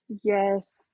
yes